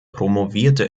promovierte